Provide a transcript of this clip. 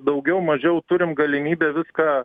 daugiau mažiau turim galimybę viską